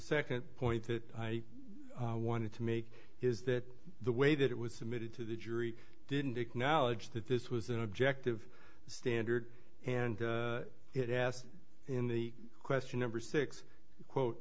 second point that i wanted to make is that the way that it was submitted to the jury didn't acknowledge that this was an objective standard and it asked in the question number six quote